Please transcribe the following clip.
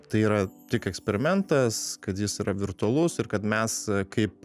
tai yra tik eksperimentas kad jis yra virtualus ir kad mes kaip